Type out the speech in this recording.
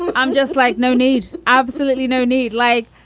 i'm just like, no need, absolutely no need. like,